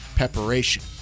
preparation